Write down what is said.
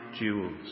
jewels